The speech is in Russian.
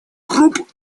групп